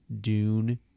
Dune